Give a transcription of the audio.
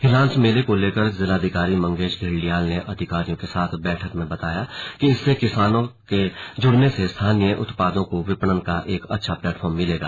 हिलांस मेले को लेकर जिलाधिकारी मंगेश धिल्डियाल ने अधिकारियों के साथ बैठक में बताया कि इससे किसानों के जुड़ने से स्थानीय उत्पादों को विपणन का एक अच्छा प्लेटफार्म मिलेगा